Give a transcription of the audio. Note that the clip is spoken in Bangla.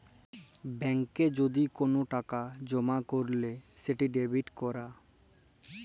ব্যাংকে যদি কল টাকা জমা ক্যইরলে সেট ডেবিট ক্যরা